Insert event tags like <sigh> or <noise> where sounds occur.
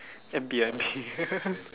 eight P_M shift <laughs>